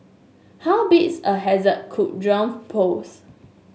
how big is a hazard could drones pose